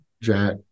Jack